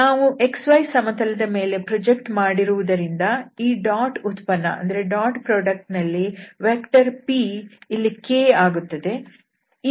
ನಾವು xyಸಮತಲದ ಮೇಲೆ ಪ್ರೊಜೆಕ್ಟ್ ಮಾಡಿರುವುದರಿಂದ ಈ ಡಾಟ್ ಉತ್ಪನ್ನನಲ್ಲಿ ಸದಿಶ p ಇಲ್ಲಿ k ಆಗುತ್ತದೆ